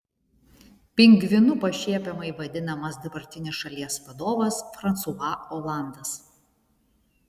pingvinu pašiepiamai vadinamas dabartinis šalies vadovas fransua olandas